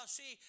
see